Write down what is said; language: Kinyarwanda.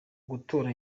gutora